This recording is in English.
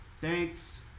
Thanks